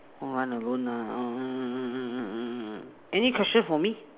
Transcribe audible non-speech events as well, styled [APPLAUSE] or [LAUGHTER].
run alone ah [NOISE] any question for me